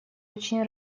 очень